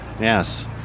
Yes